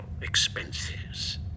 expenses